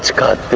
got